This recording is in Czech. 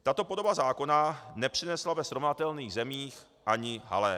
Tato podoba zákona nepřinesla ve srovnatelných zemích ani haléř.